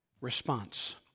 response